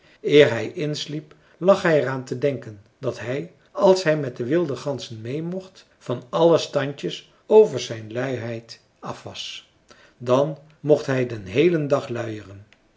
hij insliep lag hij er aan te denken dat hij als hij met de wilde ganzen meê mocht van alle standjes over zijn luiheid af was dan mocht bij den heelen dag luieren